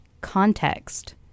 context